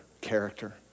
character